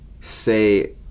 say